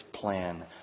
plan